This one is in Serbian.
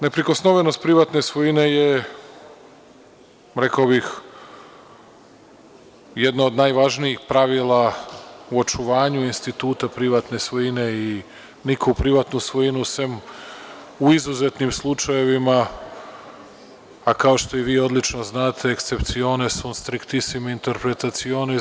Neprikosnovenost privatne svojine je, rekao bih, jedno od najvažnijih pravila u očuvanju instituta privatne svojine i niko u privatnu svojinu, sem u izuzetnim slučajevima, a kao što i vi odlično znate excepciones un estrictisimas interpretaciones.